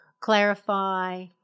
clarify